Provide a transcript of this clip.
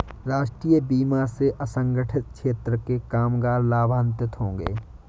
राष्ट्रीय बीमा से असंगठित क्षेत्र के कामगार लाभान्वित होंगे